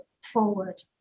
forward